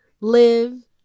Live